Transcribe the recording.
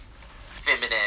feminine